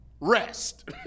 rest